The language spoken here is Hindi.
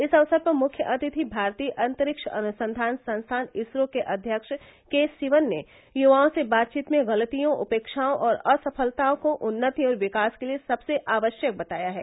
इस अवसर पर मुख्य अतिथि भारतीय अंतरिक्ष अनुसंघान संस्थान इसरो के अव्यक्ष के सिवन ने युवाओं से बातचीत में गलतियो उपेक्षाओं और असफलताओं को उन्नति और विकास के लिए सबसे आवश्यक बताया है